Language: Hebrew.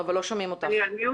טל.